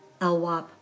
LWAP